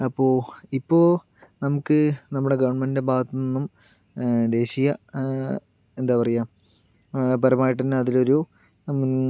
അപ്പോൾ ഇപ്പോൾ നമുക്ക് നമ്മുടെ ഗവൺമെൻറ്റിന്റെ ഭാഗത്തു നിന്നും ദേശീയ എന്താ പറയാ പരമായിട്ടന്നെ അതിലൊരു